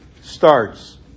starts